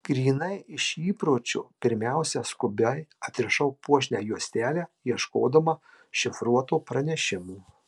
grynai iš įpročio pirmiausia skubiai atrišau puošnią juostelę ieškodama šifruoto pranešimo